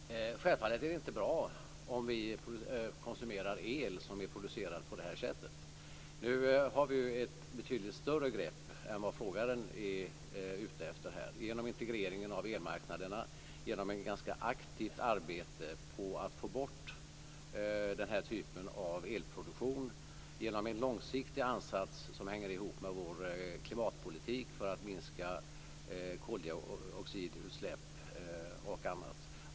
Fru talman! Självfallet är det inte bra om vi konsumerar el som är producerad på det här sättet. Nu har vi ett betydligt större grepp än vad frågaren är ute efter här genom integreringen av elmarknaderna, genom ett ganska aktivt arbete på att få bort den här typen av elproduktion och genom en långsiktig ansats som hänger ihop med vår klimatpolitik för att minska koldioxidutsläpp och annat.